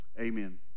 Amen